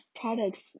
products